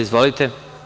Izvolite.